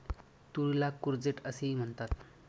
तुरीला कूर्जेट असेही म्हणतात